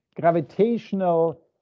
gravitational